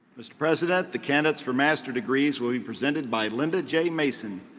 mr. president, the candidates for master degrees will be presented by linda j. mason,